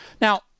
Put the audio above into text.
Now